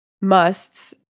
musts